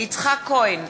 יצחק כהן,